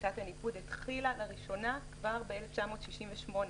שיטת הניקוד התחילה לראשונה כבר ב-1968,